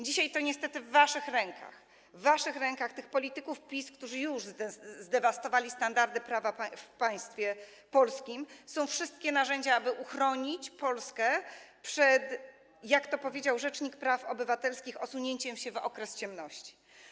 Dzisiaj to niestety w waszych rękach, w waszych rękach, w rękach tych polityków PiS, którzy już zdewastowali standardy prawa w państwie polskim, są wszystkie narzędzia, aby uchronić Polskę przed, jak to powiedział rzecznik praw obywatelskich, osunięciem się w okres ciemności.